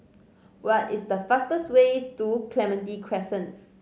what is the fastest way to Clementi Crescent